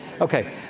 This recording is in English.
Okay